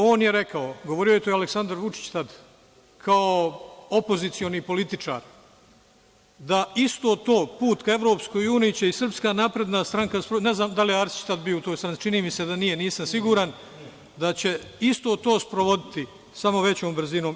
On je rekao, govorio je to i tada Aleksandar Vučić, tad kao opozicioni političar, da isto to, put ka EU će i SNS, ne znam da li je Arsić bio tad u toj stranci, čini mi se da nije, nisam siguran, da će isto to sprovoditi, samo većom brzinom.